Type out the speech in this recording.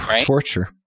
torture